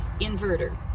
inverter